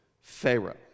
Pharaoh